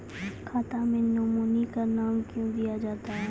खाता मे नोमिनी का नाम क्यो दिया जाता हैं?